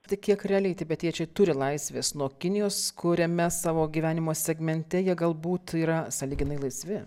tik kiek realiai tibetiečiai turi laisvės nuo kinijos kuriame savo gyvenimo segmente jie galbūt yra sąlyginai laisvi